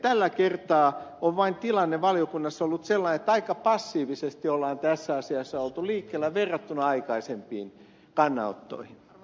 tällä kertaa on vain tilanne valiokunnassa ollut sellainen että aika passiivisesti on tässä asiassa oltu liikkeellä verrattuna aikaisempiin kannanottoihin